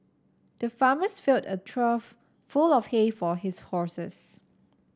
the farmer filled a trough full of hay for his horses